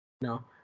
No